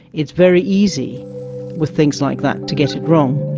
it's very easy with things like that to get it wrong.